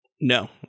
No